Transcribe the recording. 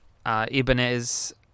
Ibanez